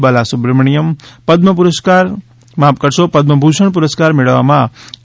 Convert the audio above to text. બાલાસુબ્રમણ્થમ પદમભૂષણ પુરસ્કાર મેળવવામાં કે